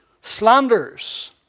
Slanders